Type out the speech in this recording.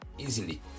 easily